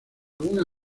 una